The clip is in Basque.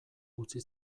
utzi